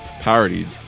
parodied